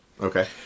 Okay